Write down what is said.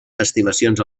estimacions